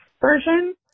version